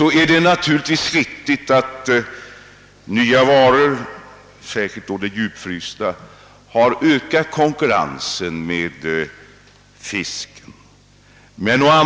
av fisk beträffar är det givetvis riktigt att den djupfrysta fisken har ökat konkurrensen i handeln med fisk.